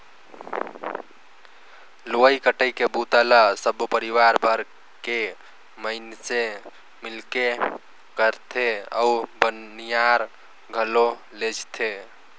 लुवई कटई के बूता ल सबो परिवार भर के मइनसे मिलके करथे अउ बनियार घलो लेजथें